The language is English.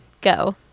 Go